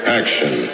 action